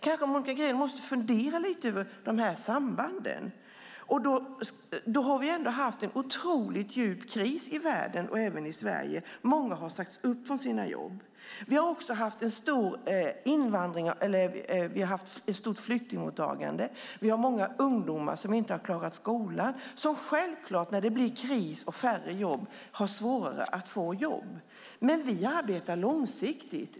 Kanske måste Monica Green fundera lite över dessa samband. Så här ser det ut, och då har vi ändå haft en otroligt djup kris i världen och även i Sverige. Många har sagts upp från sina jobb. Vi har också haft ett stort flyktingmottagande. Vi har många ungdomar som inte har klarat skolan. När det blir kris och färre jobb har de självfallet svårare att få jobb. Men vi arbetar långsiktigt.